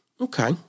Okay